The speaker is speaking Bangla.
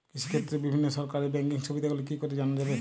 কৃষিক্ষেত্রে বিভিন্ন সরকারি ব্যকিং সুবিধাগুলি কি করে জানা যাবে?